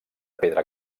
pedra